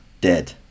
dead